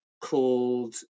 called